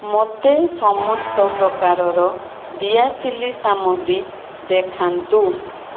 ମୋତେ ସମସ୍ତ ପ୍ରକାରର ଦିଆସିଲି ସାମଗ୍ରୀ ଦେଖାନ୍ତୁ